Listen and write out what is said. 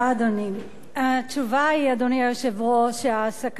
התשובה היא, אדוני היושב-ראש, שההעסקה בקבלנות